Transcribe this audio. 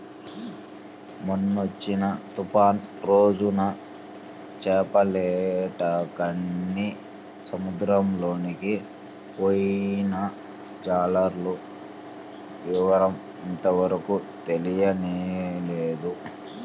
మొన్నొచ్చిన తుఫాను రోజున చేపలేటకని సముద్రంలోకి పొయ్యిన జాలర్ల వివరం ఇంతవరకు తెలియనేలేదు